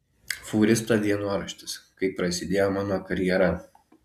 fūristo dienoraštis kaip prasidėjo mano karjera